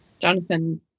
Jonathan